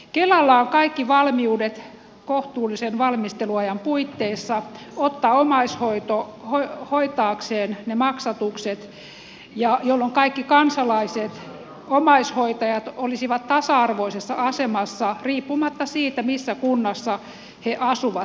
kelalla on kaikki valmiudet kohtuullisen valmisteluajan puitteissa ottaa omaishoidon tuen maksatukset hoitaakseen jolloin kaikki kansalaiset omaishoitajat olisivat tasa arvoisessa asemassa riippumatta siitä missä kunnassa he asuvat